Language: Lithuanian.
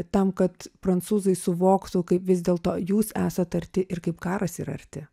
tam kad prancūzai suvoktų kaip vis dėlto jūs esat arti ir kaip karas yra arti